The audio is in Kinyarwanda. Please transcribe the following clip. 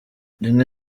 rimwe